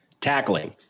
Tackling